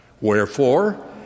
Wherefore